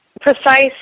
Precise